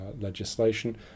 legislation